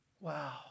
Wow